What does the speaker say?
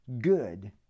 good